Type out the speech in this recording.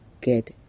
get